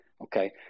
okay